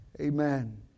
amen